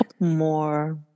more